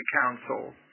Council